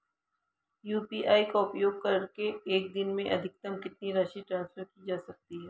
UPI का उपयोग करके एक दिन में अधिकतम कितनी राशि ट्रांसफर की जा सकती है?